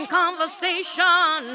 conversation